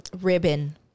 ribbon